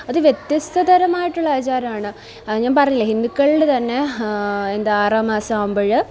അത് വ്യത്യസ്ത തരമായിട്ടുള്ള ആചാരമാണ് അത് ഞാന് പറഞ്ഞില്ലെ ഹിന്ദുക്കളില് തന്നെ എന്താണ് ആറാം മാസമാകുമ്പോള്